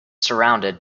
surrounded